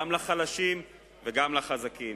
גם לחלשים וגם לחזקים.